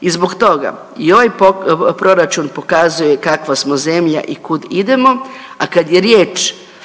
I zbog toga i ovaj proračun pokazuje kakva smo zemlja i kud idemo a kad je riječ